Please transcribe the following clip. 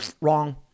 wrong